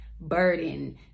burden